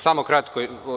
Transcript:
Samo kratko.